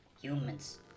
humans